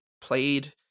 played